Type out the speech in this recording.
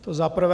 To za prvé.